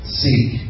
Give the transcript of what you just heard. seek